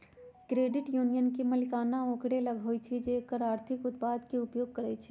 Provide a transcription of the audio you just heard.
credit union के मलिकाना ओकरे लग होइ छइ जे एकर आर्थिक उत्पादों के उपयोग करइ छइ